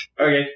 Okay